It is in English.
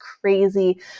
crazy